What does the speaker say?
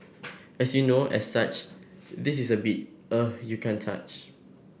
as you know as such this is a beat you can't touch